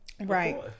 Right